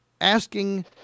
asking